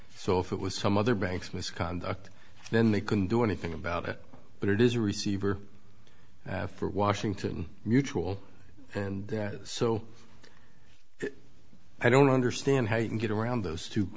so if it was some other banks misconduct then they couldn't do anything about it but it is a receiver for washington mutual and so i don't understand how you can get around those two